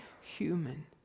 human